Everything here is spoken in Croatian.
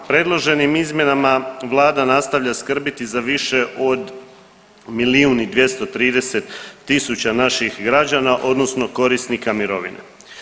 Predloženim izmjenama vlada nastavlja skrbiti za više od miliju i 230 tisuća naših građana odnosno korisnika mirovine.